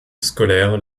scolaires